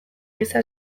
giza